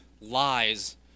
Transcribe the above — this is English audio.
lies